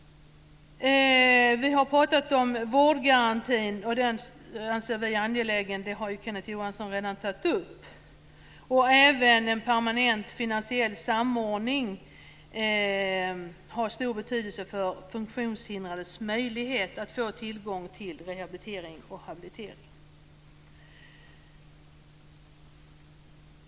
Det har talats om vårdgarantin, som vi anser vara angelägen. Kenneth Johansson har redan tagit upp den. En permanent finansiell samordning har stor betydelse för funktionshindrades möjligheter att få tillgång till rehabilitering och habilitering.